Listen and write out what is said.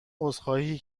عذرخواهی